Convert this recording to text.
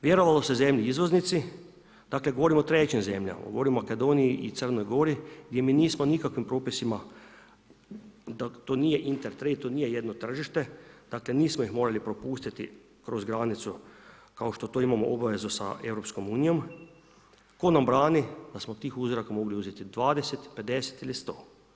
Vjerovalo se zemlji izvoznici, dakle govorim o trećim zemljama, o Makedoniji i Crnoj Gori gdje mi nismo nikakvim propisima, to nije inter trade, to nije jedno tržište, dakle nismo ih morali propustiti kroz granicu kao što to imamo obavezu sa EU, tko nam brani da smo tih uzoraka mogli uzeti 20, 50 ili 100?